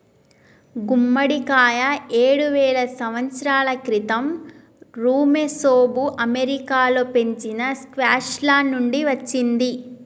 గుమ్మడికాయ ఏడువేల సంవత్సరాల క్రితం ఋమెసోఋ అమెరికాలో పెంచిన స్క్వాష్ల నుండి వచ్చింది